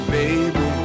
baby